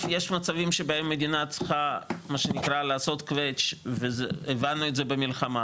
יש מצבים שבהם מדינה צריכה לעשות קווץ' והבנו את זה במלחמה,